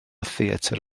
theatr